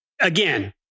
again